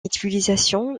utilisation